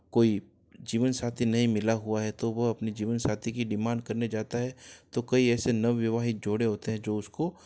कोई जीवनसाथी नहीं मिला हुआ है तो वो अपने जीवनसाथी की डिमांड करने जाता है तो कई ऐसे नव विवाहित जोड़े होते हैं जो उसको